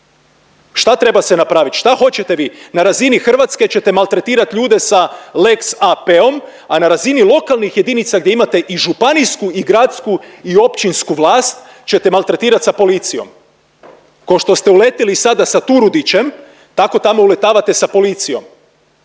Šta treba se napravit? Šta hoćete vi? Na razini Hrvatske ćete maltretirati ljude sa les AP-om, a na razini lokalnih jedinica gdje imate i županijsku i gradsku i općinsku vlast ćete maltretirati sa policijom kao što ste uletili sada sa Turudićem tako tamo uletavate sa policijom.